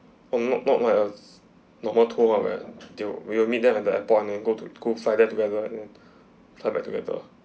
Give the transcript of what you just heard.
oh not not not else normal tour ah well do we'll meet them at the airport and then go to find them together and fly back together